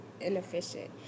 inefficient